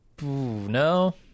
no